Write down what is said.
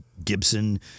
Gibson